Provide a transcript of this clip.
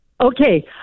Okay